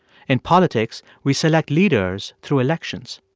in politics, we select leaders through elections